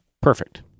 Perfect